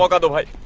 otherwise